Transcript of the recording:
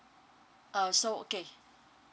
uh so okay